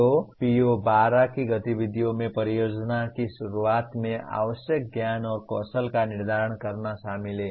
तो PO12 की गतिविधियों में परियोजना की शुरुआत में आवश्यक ज्ञान और कौशल का निर्धारण करना शामिल है